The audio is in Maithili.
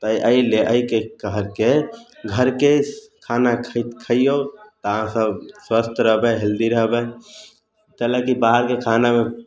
एहि लऽ कऽ घरके खाना खइयौ तऽ अहाँ सब स्वस्थ रहबै हेल्दी रहबै कथीलेल की बाहरके खानामे